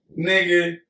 Nigga